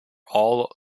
all